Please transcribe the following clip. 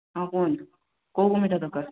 ହଁ କୁହନ୍ତୁ କେଉଁ କେଉଁ ମିଠା ଦରକାର